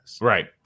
Right